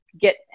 get